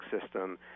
system